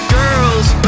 girls